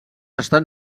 estan